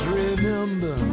remember